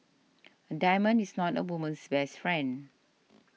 a diamond is not a woman's best friend